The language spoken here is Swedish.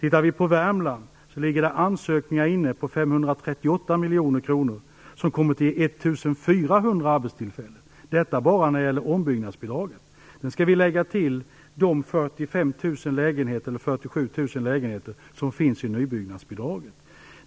I Värmland har man fått in ansökningar på 538 miljoner kronor som kommer att ge 1 400 arbetstillfällen. Detta gäller enbart ombyggnadsbidragen. Sedan skall man lägga till de 47 000 lägenheter för vilka det utgår nybyggnadsbidrag.